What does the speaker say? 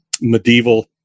medieval